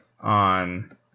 on